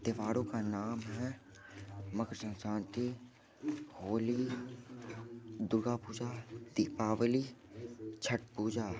त्योहारों का नाम है मकर संक्रांति होली दुर्गा पूजा दीपावली छठ पूजा